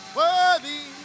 worthy